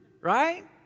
right